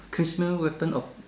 personal weapon of